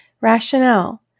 Rationale